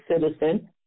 Citizen